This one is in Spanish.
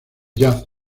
jazz